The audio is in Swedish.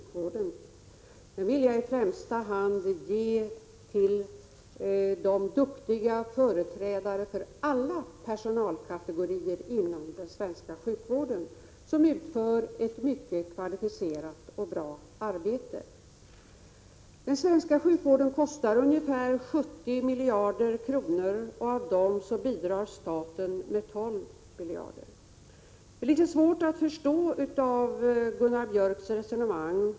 Den äran vill jag i främsta hand ge till de duktiga företrädare för alla personalkategorier inom den svenska sjukvården som utför ett mycket kvalificerat och bra arbete. Den svenska sjukvården kostar ungefär 70 miljarder, och av dem bidrar staten med 12 miljarder. Det är litet svårt att förstå Gunnar Biörcks resonemang.